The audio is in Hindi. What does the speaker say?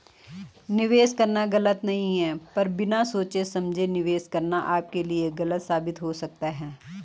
निवेश करना गलत नहीं है पर बिना सोचे समझे निवेश करना आपके लिए गलत साबित हो सकता है